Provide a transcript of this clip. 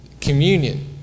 communion